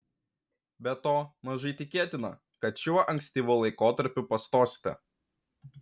be to mažai tikėtina kad šiuo ankstyvu laikotarpiu pastosite